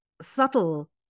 subtle